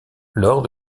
lors